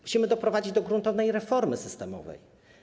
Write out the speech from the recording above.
Musimy doprowadzić do gruntownej reformy systemowej.